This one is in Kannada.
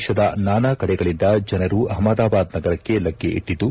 ದೇಶದ ನಾನಾ ಕಡೆಗಳಿಂದ ಜನರು ಆಷ್ಮದಾಬಾದ್ ನಗರಕ್ಕೆ ಲಗ್ಗೆ ಇಟ್ಟಿದ್ದು